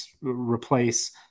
replace